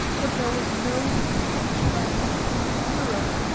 but there was no reflection of him in the mirror!